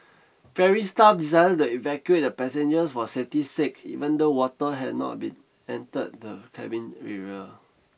ferry staff decided to evacuate the passengers for safety sake even though water had not been entered the cabin area